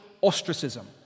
ostracism